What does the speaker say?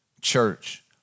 church